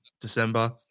December